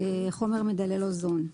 "חומר מדלל אוזון"